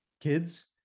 kids